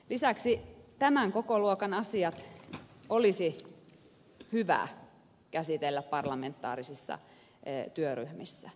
lisäksi tämän kokoluokan asiat olisi hyvä käsitellä parlamentaarisissa työryhmissä